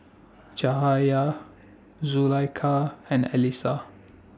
Cahaya Zulaikha and Alyssa